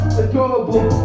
adorable